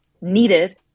needed